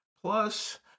Plus